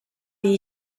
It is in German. die